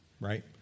right